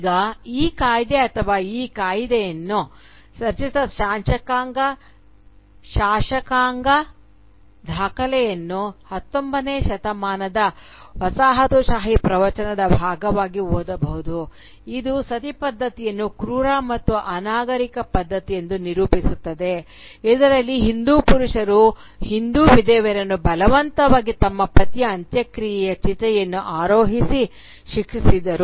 ಈಗ ಈ ಕಾಯ್ದೆ ಅಥವಾ ಈ ಕಾಯಿದೆಯನ್ನು ರಚಿಸಿದ ಶಾಸಕಾಂಗ ದಾಖಲೆಯನ್ನು 19 ನೇ ಶತಮಾನದ ವಸಾಹತುಶಾಹಿ ಪ್ರವಚನದ ಭಾಗವಾಗಿ ಓದಬಹುದು ಇದು ಸತಿ ಪದ್ಧತಿಯನ್ನು ಕ್ರೂರ ಮತ್ತು ಅನಾಗರಿಕ ಪದ್ಧತಿಯೆಂದು ನಿರೂಪಿಸುತ್ತದೆ ಇದರಲ್ಲಿ ಹಿಂದೂ ಪುರುಷರು ಹಿಂದೂ ವಿಧವೆಯರನ್ನು ಬಲವಂತವಾಗಿ ತಮ್ಮ ಪತಿಯ ಅಂತ್ಯಕ್ರಿಯೆಯ ಚಿತೆಯನ್ನು ಆರೋಹಿಸಿ ಶಿಕ್ಷಿಸಿದರು